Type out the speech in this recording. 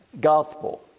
gospel